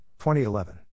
2011